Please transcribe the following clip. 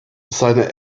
seine